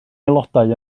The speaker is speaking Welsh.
aelodau